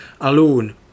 alone